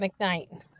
McKnight